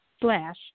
Slash